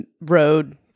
road